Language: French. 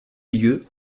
lieu